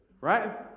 right